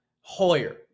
Hoyer